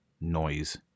noise